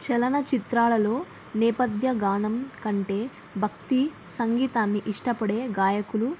చలన చిత్రాలలో నేపథ్య గానంకంటే భక్తి సంగీతాన్ని ఇష్టపడే గాయకులు